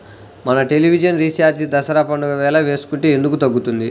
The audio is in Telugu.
మన టెలివిజన్ రీఛార్జి దసరా పండగ వేళ వేసుకుంటే ఎందుకు తగ్గుతుంది?